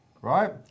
right